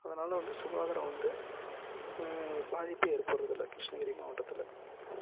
அதனால வந்து சுகாதாரம் வந்து பாதிப்பு ஏற்படுவது இல்லை கிருஷ்ணகிரி மாவட்டத்தில்